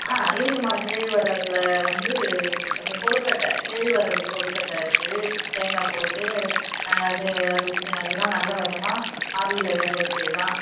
ஆ இருக்குமா கேழ்வரகில் வந்து அந்த கொழுக்கட்டை கேழ்வரகு கொழுக்கட்டை இருக்கு தேங்காய் போட்டு அது அது அது எல்லாம் நல்லவிதமாக ஆவியில வேகவச்சது தான்